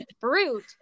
fruit